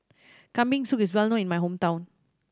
Kambing Soup is well known in my hometown